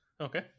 Okay